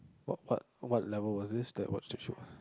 what what what level was this that was she shows